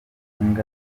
ibihumbi